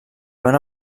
van